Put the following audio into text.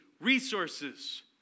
resources